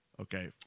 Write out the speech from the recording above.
okay